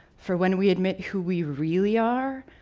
for when we admit who we really are,